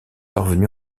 parvenu